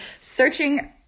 searching